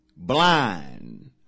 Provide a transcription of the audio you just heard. blind